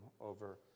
over